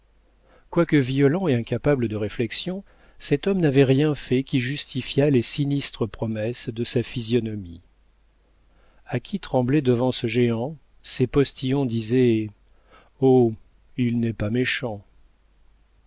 quoique violent et incapable de réflexion cet homme n'avait rien fait qui justifiât les sinistres promesses de sa physionomie a qui tremblait devant ce géant ses postillons disaient oh il n'est pas méchant